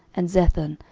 and zethan,